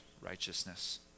righteousness